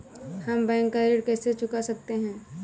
हम बैंक का ऋण कैसे चुका सकते हैं?